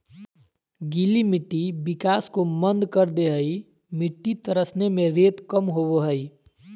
गीली मिट्टी विकास को मंद कर दे हइ मिटटी तरसने में रेत कम होबो हइ